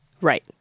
Right